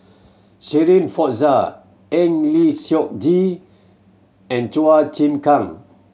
Shirin Fozdar Eng Lee Seok Chee and Chua Chim Kang